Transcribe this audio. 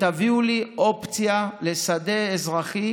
ותביאו לי אופציה לשדה אזרחי